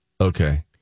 okay